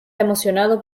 emocionado